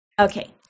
Okay